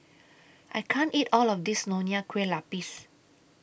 I can't eat All of This Nonya Kueh Lapis